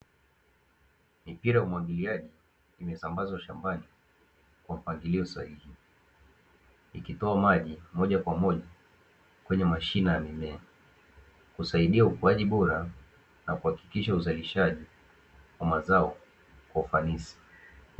Mipira ya umwagiliaji imesambazwa shambani kwa mpangilio sahihi, ikitoa maji moja kwa moja kwenye mashina ya mimea. Kusaidia ukuaji bora na kuhakikisha uzalishaji wa mazao kwa ufanisi.